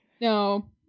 No